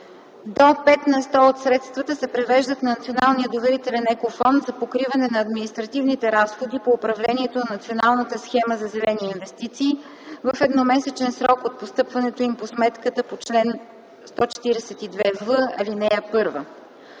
до 5 на сто от средствата се превеждат на Националния доверителен екофонд за покриване на административните разходи по управлението на Националната схема за зелени инвестиции в едномесечен срок от постъпването им по сметката на чл. 142в, ал. 1;